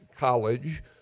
college